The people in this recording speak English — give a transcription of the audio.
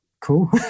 cool